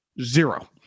Zero